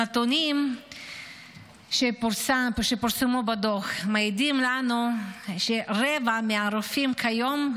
הנתונים שפורסמו בדוח מעידים לנו שרבע מהרופאים כיום,